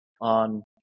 on